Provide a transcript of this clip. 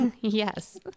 yes